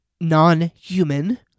non-human